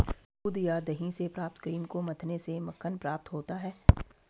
दूध या दही से प्राप्त क्रीम को मथने से मक्खन प्राप्त होता है?